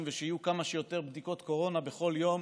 ושיהיו כמה שיותר בדיקות קורונה בכל יום,